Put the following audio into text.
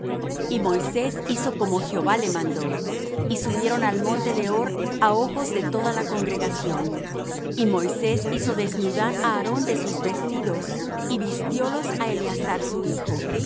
y moisés hizo como jehová le mandó y subieron al monte de hor á ojos de toda la congregación y moisés hizo desnudar á aarón de sus vestidos y vistiólos á eleazar su hijo